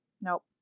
Nope